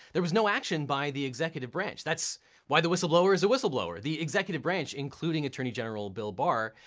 there was no action by the executive branch. that's why the whistleblower is a whistleblower. the executive branch, including attorney general bill barr,